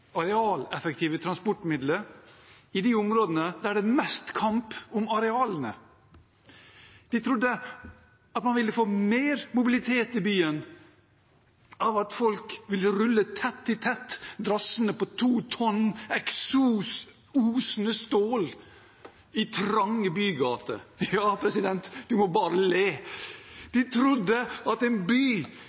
arealeffektive transportmiddelet i de områdene der det er mest kamp om arealene. De trodde at man ville få mer mobilitet i byen av at folk ville rulle tett i tett, drassende på 2 tonn eksos-osende stål i trange bygater. De trodde at en by